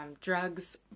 drugs